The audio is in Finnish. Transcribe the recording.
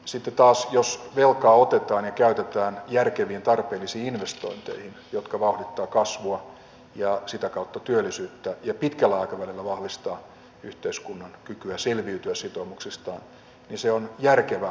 sitten taas jos velkaa otetaan ja käytetään järkeviin tarpeellisiin investointeihin jotka vauhdittavat kasvua ja sitä kautta työllisyyttä ja pitkällä aikavälillä vahvistavat yhteiskunnan kykyä selviytyä sitoumuksistaan niin se on järkevää rahan käyttämistä